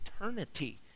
eternity